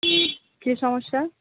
কী সমস্যা